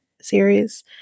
series